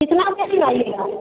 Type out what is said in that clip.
कितना बेसी लाइयेगा